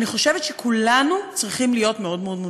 אני חושבת שכולנו צריכים להיות מאוד מאוד מודאגים.